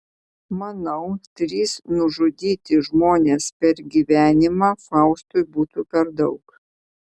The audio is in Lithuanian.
manau trys nužudyti žmonės per gyvenimą faustui būtų per daug